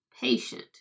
patient